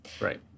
Right